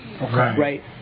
right